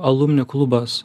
alumni klubas